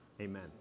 amen